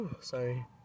sorry